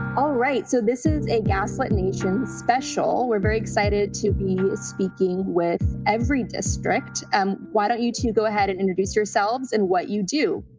all right. so this is a gaslit nation special. we're very excited to be speaking with everydistrict. and why don't you two go ahead and introduce yourselves and what you do?